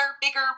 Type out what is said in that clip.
bigger